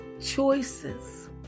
Choices